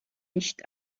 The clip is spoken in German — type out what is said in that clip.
nicht